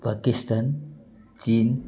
ପାକିସ୍ତାନ ଚୀନ୍